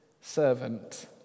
servant